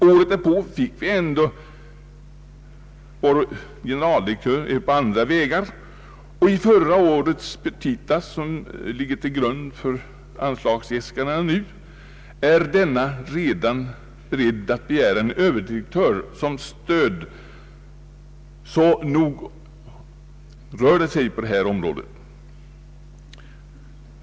Året därpå fick vi ändå på andra vägar vår generaldirektör, och i förra årets petita som ligger till grund för anslagsäskandena nu är man redan beredd att begära en överdirektör som stöd. Nog rör det sig på detta område.